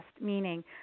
Meaning